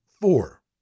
four